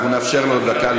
אנחנו נאפשר לו דקה,